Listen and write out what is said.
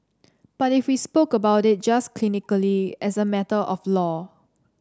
but if we spoke about it just clinically as a matter of law